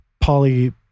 poly